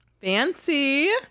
Fancy